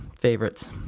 favorites